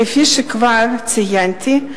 כפי שכבר ציינתי,